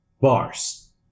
bars